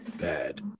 bad